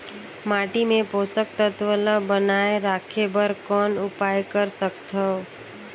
माटी मे पोषक तत्व ल बनाय राखे बर कौन उपाय कर सकथव?